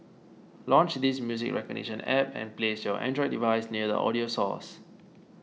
launch this music recognition App and place your Android device near the audio source